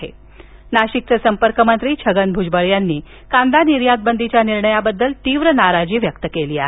तर नाशिकचे संपर्क मंत्री छगन भुजबळ यांनी देखील कांदा निर्यात बंदीच्या निर्णयाबद्दल तीव्र नाराजी व्यक्त केली आहे